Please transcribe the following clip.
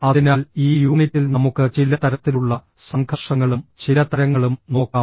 അതിനാൽ ഈ യൂണിറ്റിൽ നമുക്ക് ചില തരത്തിലുള്ള സംഘർഷങ്ങളും ചില തരങ്ങളും നോക്കാം